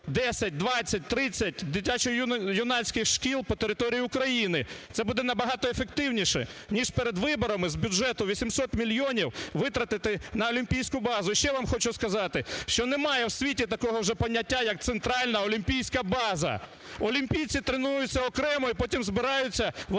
10, 20, 30 дитячо-юнацьких шкіл по території України, це буде набагато ефективніше, ніж перед виборами з бюджету 800 мільйонів витратити на олімпійську базу. І ще вам хочу сказати, що немає в світі такого вже поняття, як центральна олімпійська база. Олімпійці тренуються окремо і потім збираються в одну